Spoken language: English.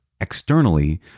externally